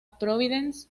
providence